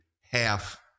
half